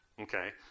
okay